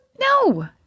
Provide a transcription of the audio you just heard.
No